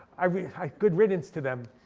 i mean good riddance to them.